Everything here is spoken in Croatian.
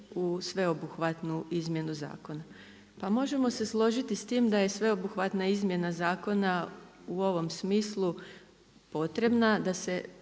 u sveobuhvatnu izmjenu zakona. Pa možemo se složiti s time da je sveobuhvatna izmjena zakona u ovom smislu potrebna da se